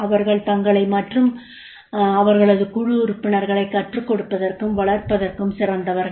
அவர்கள் தங்களை மற்றும் அவர்களது குழு உறுப்பினர்களைக் கற்றுக் கொடுப்பதற்கும் வளர்ப்பதற்கும் சிறந்தவர்கள்